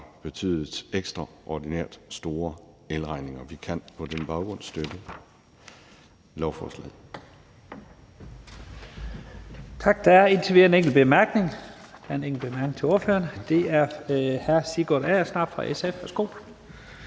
betydet ekstraordinært store elregninger, og vi kan på den baggrund støtte lovforslaget.